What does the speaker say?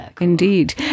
indeed